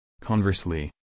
Conversely